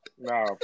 No